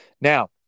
Now